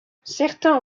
certains